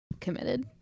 committed